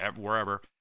wherever